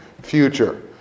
future